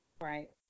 Right